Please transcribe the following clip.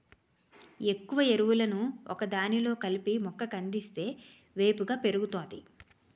ఎక్కువ ఎరువులను ఒకదానిలో కలిపి మొక్క కందిస్తే వేపుగా పెరుగుతాది